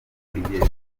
igihe